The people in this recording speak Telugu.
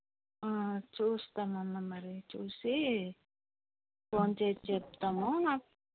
చూస్తానమ్మ మరి చూసి ఫోన్ చేసి చెప్తాము నాకు